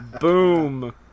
Boom